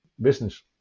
business